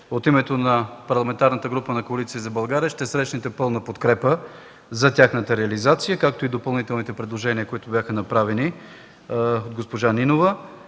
от името на Парламентарната група на Коалиция за България ще срещнете пълна подкрепа за тяхната реализация, както и на допълнителните предложения, които бяха направени от госпожа Нинова,